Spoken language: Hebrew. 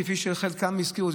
כפי שחלקם הזכירו,